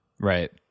right